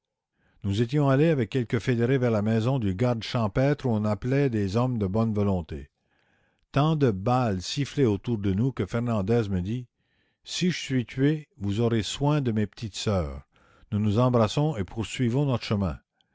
nous étions allées avec quelques fédérés vers la maison du garde champêtre où on appelait des hommes de bonne volonté tant de balles sifflaient autour de nous que fernandez me dit si je suis tuée vous aurez soin de mes petites sœurs nous nous embrassons et poursuivons notre chemin